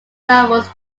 novels